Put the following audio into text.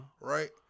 Right